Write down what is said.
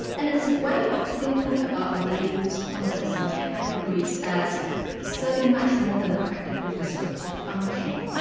and it's a way of thinking about labels, concepts and categories as serving much more than a practical descriptive function.